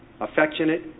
Affectionate